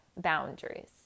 Boundaries